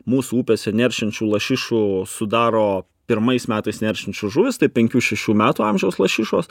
mūsų upėse neršiančių lašišų sudaro pirmais metais neršiančios žuvys tai penkių šešių metų amžiaus lašišos